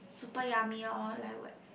super yummy lor like w~